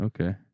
Okay